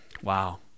wow